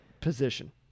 position